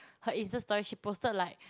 her insta-story she posted like